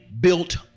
built